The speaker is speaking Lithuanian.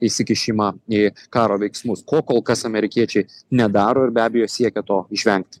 įsikišimą į karo veiksmus ko kol kas amerikiečiai nedaro ir be abejo siekia to išvengti